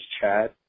chad